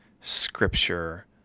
Scripture